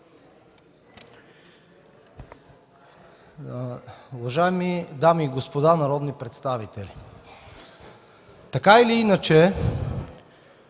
Уважаеми дами и господа народни представители, така или иначе